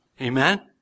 Amen